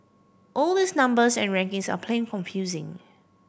all these numbers and rankings are plain confusing